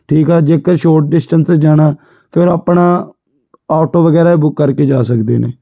ਠੀਕ ਆ ਜੇਕਰ ਸ਼ੌਰਟ ਡਿਸਟੈਂਸ 'ਤੇ ਜਾਣਾ ਫਿਰ ਆਪਣਾ ਔਟੋ ਵਗੈਰਾ ਬੁੱਕ ਕਰਕੇ ਜਾ ਸਕਦੇ ਨੇ